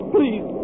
Please